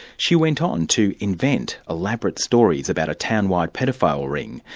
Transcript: she went on to invent elaborate stories about a town-wide paedophile ring,